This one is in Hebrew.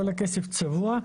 כל הכסף צבוע,